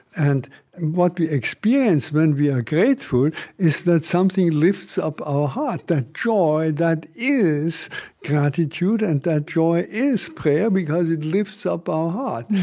and and what we experience when we are grateful is that something lifts up our heart, that joy that is gratitude. and that joy is prayer, because it lifts up our heart,